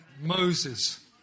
Moses